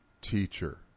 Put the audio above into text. teacher